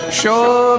Sure